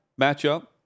matchup